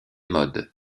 modes